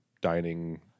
dining